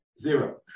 Zero